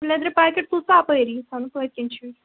لیٚدرِ پاکیٹ تُل ژٕ اَپٲری سابٕنہِ پٔتۍکِن چھُے